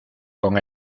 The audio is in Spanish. con